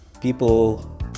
people